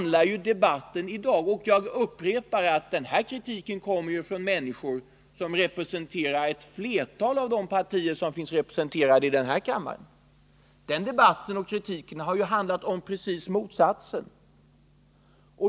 Dagens debatt och kritik — jag upprepar att denna kritik kommer från människor som representerar ett flertal av de partier som också finns representerade här i kammaren — handlar i själva verket om raka motsatsen.